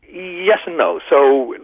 yes and no. so